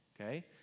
Okay